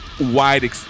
wide